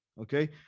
okay